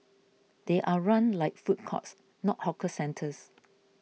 they are run like food courts not hawker centres